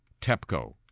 TEPCO